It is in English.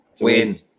Win